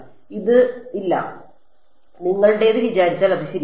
ഇല്ല നിങ്ങളുടേത് വിചാരിച്ചാൽ അത് ശരിയാകില്ല